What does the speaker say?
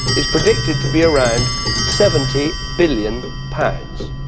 is predicted to be around seventy billion pounds.